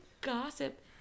gossip